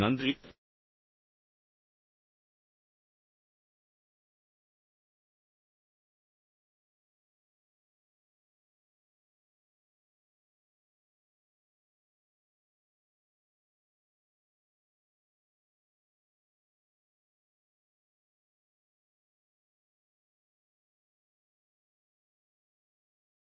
நன்றி